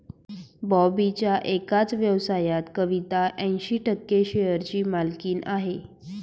बॉबीच्या एकाच व्यवसायात कविता ऐंशी टक्के शेअरची मालकीण आहे